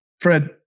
Fred